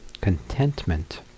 contentment